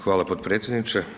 Hvala potpredsjedniče.